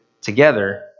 together